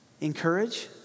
Encourage